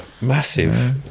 massive